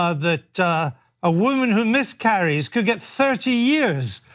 ah that a woman who miscarries could get thirty years.